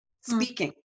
speaking